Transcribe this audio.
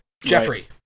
Jeffrey